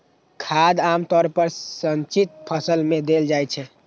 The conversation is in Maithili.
खाद आम तौर पर सिंचित फसल मे देल जाइत छै